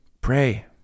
pray